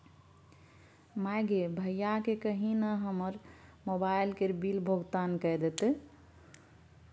माय गे भैयाकेँ कही न हमर मोबाइल केर बिल भोगतान कए देतै